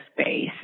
space